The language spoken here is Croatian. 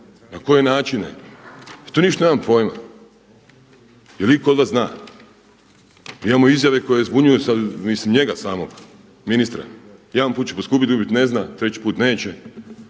na koje načine. To ja ništa nemam pojma. Jel' itko od vas zna? Imamo izjave koje zbunjuju mislim njega samog ministra. Jedan put će poskupiti, drugi put ne zna, treći put neće,